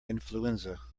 influenza